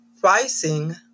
pricing